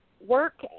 work